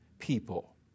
people